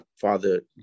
father